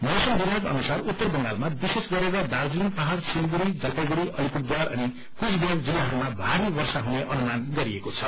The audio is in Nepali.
मौसम विभाग अनुसार उत्तर बंगालमा विशेष गरेर दार्जीलिङ पहाड़ सिलीगुड़ी जलापाईगुड़ी अलिपुरद्वार अनि कूवबिहार जिल्लाहरूमा भारी वर्षा हुने अनुमान गरिएको छ